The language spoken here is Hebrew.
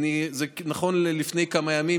זה נכון ללפני כמה ימים,